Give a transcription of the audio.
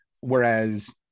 Whereas